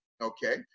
Okay